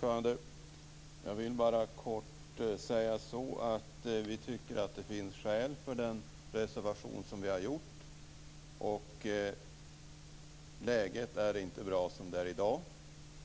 Fru talman! Jag vill bara kort säga att vi tycker att det finns skäl för den reservation vi har skrivit. Läget som det är i dag är inte bra.